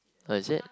oh is it